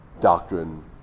doctrine